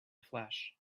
flesh